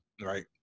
right